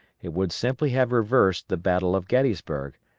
it would simply have reversed the battle of gettysburg,